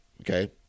Okay